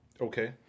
Okay